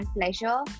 pleasure